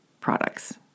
products